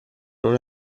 non